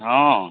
ᱦᱮᱸ